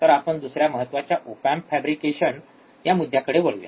तर आपण दुसऱ्या महत्त्वाच्या ओप एम्प फॅब्रिकेशन या मुद्याकडे वळूया